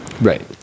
right